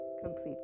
complete